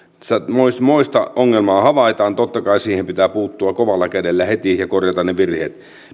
tultua moista ongelmaa havaitaan totta kai siihen pitää puuttua kovalla kädellä heti ja korjata ne virheet